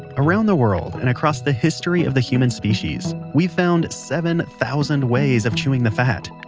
around the world, and across the history of the human species, we've found seven thousand ways of chewing the fat